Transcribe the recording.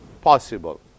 possible